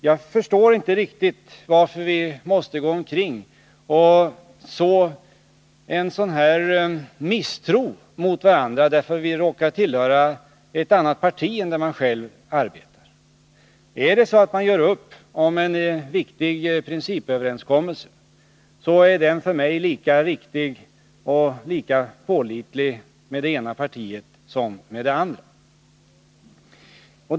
Jag förstår inte riktigt varför vi måste gå omkring och så en sådan här misstro mot varandra därför att vi råkar arbeta inom olika partier. Är det så att man träffar en viktig principöverenskommelse, betraktar jag det ena partiet som lika pålitligt som det andra och överenskommelsen som lika förpliktande.